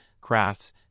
crafts